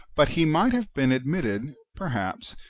but he might have been admitted, perhaps,